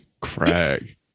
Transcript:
Craig